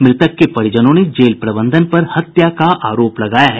मृतक के परिजनों ने जेल प्रबंधन पर हत्या का आरोप लगाया है